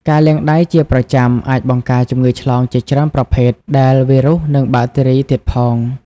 ការលាងដៃជាប្រចាំអាចបង្ការជំងឺឆ្លងជាច្រើនប្រភេទ ដែលវីរុស និងប៉ាក់តេរីទៀតផង។